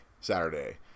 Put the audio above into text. Saturday